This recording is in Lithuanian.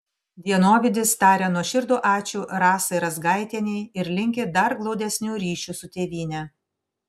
dienovidis taria nuoširdų ačiū rasai razgaitienei ir linki dar glaudesnių ryšių su tėvyne